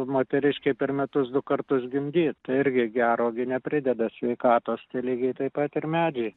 moteriškei per metus du kartus gimdyt tai irgi gero gi neprideda sveikatos tai lygiai taip pat ir medžiai